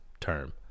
term